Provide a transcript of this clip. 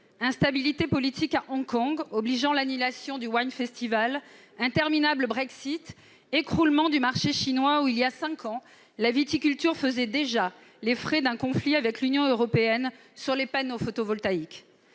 instabilité politique à Hong Kong, obligeant à l'annulation du Wine Festival ; interminable Brexit ; écroulement du marché chinois sur lequel, il y a cinq ans, la viticulture faisait déjà les frais d'un conflit avec l'Union européenne sur les panneaux photovoltaïques